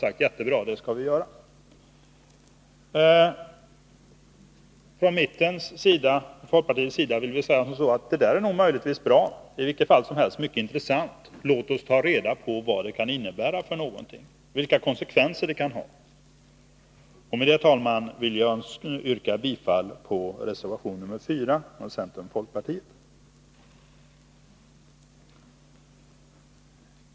Man säger: Jättebra — det skall vi göra! Från folkpartiets sida säger vi: Det där är möjligen bra. Det är i vilket fall som helst mycket intressant. Låt oss ta reda på vilka konsekvenser det kan få! Med det, herr talman, vill jag yrka bifall till reservationen av Bertil Fiskesjö m.fl. angående pressens lånefond.